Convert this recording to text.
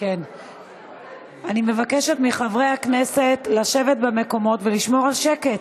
אני מבקשת מחברי הכנסת לשבת במקומות ולשמור על שקט.